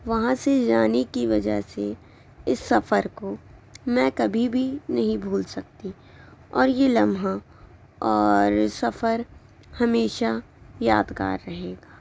وہاں سے جانے کی وجہ سے اس سفر کو میں کبھی بھی نہیں بھول سکتی اور یہ لمحہ اور سفر ہمیشہ یادگار رہے گا